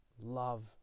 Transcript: love